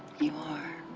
you are.